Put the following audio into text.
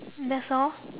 that's all